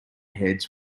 heads